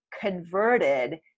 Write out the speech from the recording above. converted